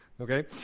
okay